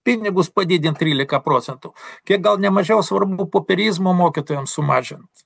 pinigus padidint trylika procentų kiek gal nemažiau svarbu popierizmo mokytojam sumažint